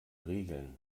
regeln